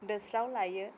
दोस्राव लायो